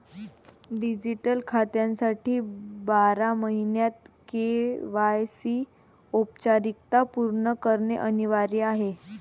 digital खात्यासाठी बारा महिन्यांत के.वाय.सी औपचारिकता पूर्ण करणे अनिवार्य आहे